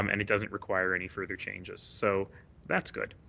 um and it doesn't require any further changes. so that's good.